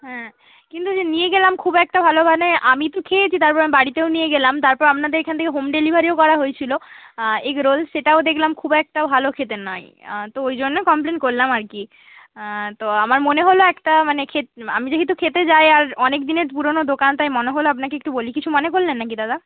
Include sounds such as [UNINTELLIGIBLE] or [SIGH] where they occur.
হ্যাঁ কিন্তু যে নিয়ে গেলাম খুব একটা ভালো বানায় আমি তো খেয়েছি তারপর বাড়িতেও নিয়ে গেলাম তারপর আপনাদের এখান থেকে হোম ডেলিভারিও করা হয়েছিলো এগরোল সেটাও দেখলাম খুব একটা ভালো খেতে নয় তো ওই জন্য কমপ্লেন করলাম আর কি তো আমার মনে হলো একটা মানে [UNINTELLIGIBLE] আমি যেহেতু খেতে যাই আর অনেক দিনের পুরোনো দোকান তাই মনে হলো আপনাকে একটু বলি কিছু মনে করলেন না কি দাদা